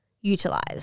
utilized